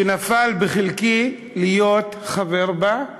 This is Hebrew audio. ונפל בחלקי להיות חבר בה,